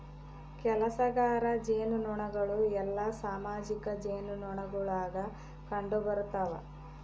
ಕೆಲಸಗಾರ ಜೇನುನೊಣಗಳು ಎಲ್ಲಾ ಸಾಮಾಜಿಕ ಜೇನುನೊಣಗುಳಾಗ ಕಂಡುಬರುತವ